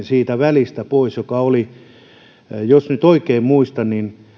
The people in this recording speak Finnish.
siitä välistä pois sillä jos nyt oikein muistan